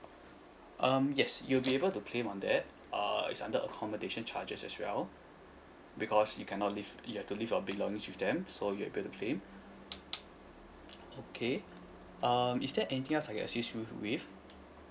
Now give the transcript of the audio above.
um yes you'll be able to claim on that uh it's under accommodation charges as well because you cannot live you have to leave your belongings with them so you're able to claim okay um is there anything else I can assist you with